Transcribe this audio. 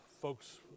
folks